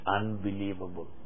unbelievable